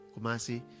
Kumasi